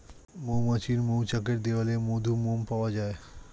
মৌমাছির মৌচাকের দেয়ালে মধু, মোম পাওয়া যায়